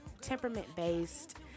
temperament-based